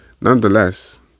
Nonetheless